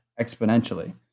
exponentially